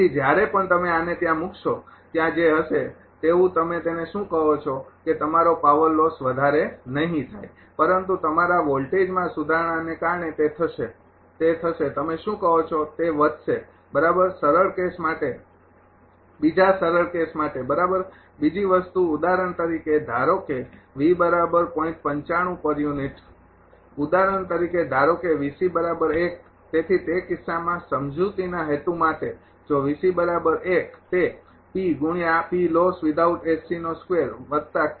તેથી જ્યારે પણ તમે આને ત્યાં મૂકશો ત્યાં જે હશે તેવું તમે તેને શું કહો છો કે તમારો પાવર લોસ વધારે નહીં થાય પરંતુ તમારા વોલ્ટેજમાં સુધારણાને કારણે તે થશે તે થશે તમે શું કહો છો તે વધશે બરાબર સરળ કેસ માટે બીજા સરળ કેસ માટે બરાબર બીજી વસ્તુ ઉદાહરણ તરીકે ધારો કે ઉદાહરણ તરીકે ધારો કે તેથી તે કિસ્સામાં સમજૂતીના હેતુ માટે જો તે હશે